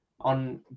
On